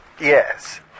Yes